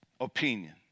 opinion